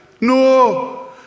No